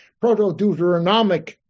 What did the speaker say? proto-Deuteronomic